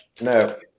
No